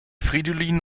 fridolin